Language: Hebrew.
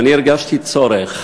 ואני הרגשתי צורך